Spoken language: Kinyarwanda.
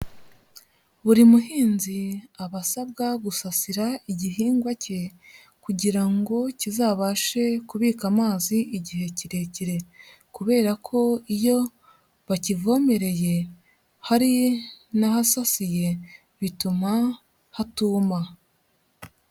Buri muhinzi aba asabwa gusasira igihingwa cye, kugira ngo kizabashe kubika amazi igihe kirekire. Kubera ko iyo bakivomereye hari n'ahasasiye, bituma hatuma.